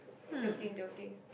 joking joking